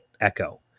Echo